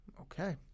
Okay